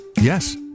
Yes